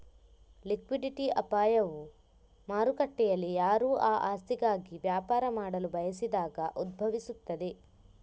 liquidity ಅಪಾಯವು ಮಾರುಕಟ್ಟೆಯಲ್ಲಿಯಾರೂ ಆ ಆಸ್ತಿಗಾಗಿ ವ್ಯಾಪಾರ ಮಾಡಲು ಬಯಸದಾಗ ಉದ್ಭವಿಸುತ್ತದೆ